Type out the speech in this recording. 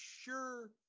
sure